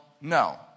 no